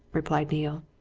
replied neale.